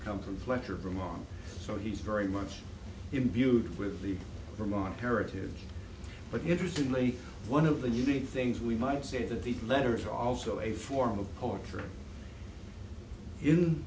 come from fletcher vermont so he's very much in viewed with the vermont heritage but interestingly one of the unique things we might see that the letters are also a form of poetry in